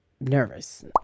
nervous